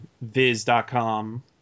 viz.com